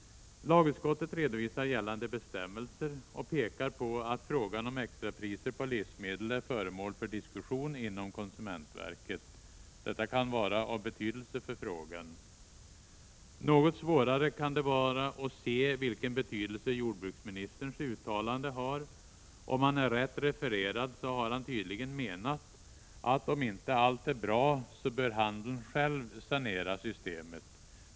Lagutskottet redovisar gällande bestämmelser och pekar på att frågan om extrapriser på livsmedel är föremål för diskussion inom konsumentverket. Detta kan vara av betydelse för frågan. Något svårare kan det vara att se vilken betydelse jordbruksministerns uttalande har. Om han är rätt refererad, har han tydligen menat att om inte allt är bra, så bör handeln själv sanera systemet.